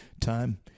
Time